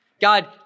God